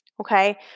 Okay